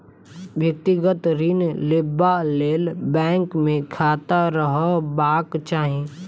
व्यक्तिगत ऋण लेबा लेल बैंक मे खाता रहबाक चाही